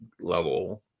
level